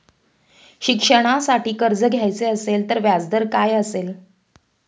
शिक्षणासाठी कर्ज घ्यायचे असेल तर व्याजदर काय असेल?